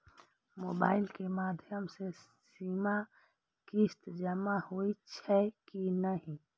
Mobile के माध्यम से सीमा किस्त जमा होई छै कि नहिं?